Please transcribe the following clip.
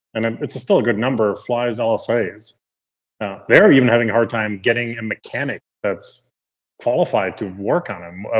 and um it's still a good number, flies ah lsas. they're even having a hard time getting a mechanic that's qualified to work on them. ah